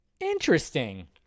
interesting